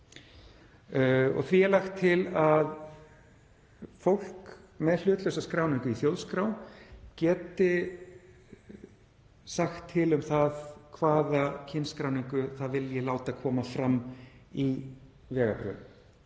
er lagt til að fólk með hlutlausa skráningu í þjóðskrá geti sagt til um það hvaða kynskráningu það vilji láta koma fram í vegabréfi.